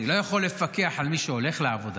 אני לא יכול לפקח על מי שהולך לעבודה,